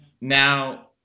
now